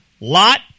Lot